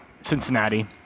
Cincinnati